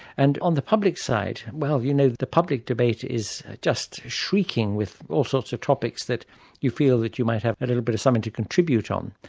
and on the public side, well, you know, the public debate is just shrieking with all sorts of topics that you feel that you might have a little bit of something to contribute on.